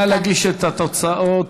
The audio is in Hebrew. נא להגיש את התוצאות.